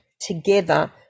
together